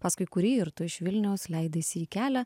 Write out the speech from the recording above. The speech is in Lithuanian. paskui kurį ir tu iš vilniaus leidaisi į kelią